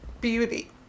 beauty